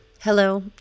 Hello